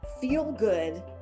feel-good